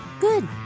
Good